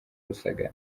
rusagara